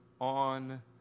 on